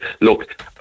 look